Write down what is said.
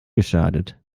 geschadet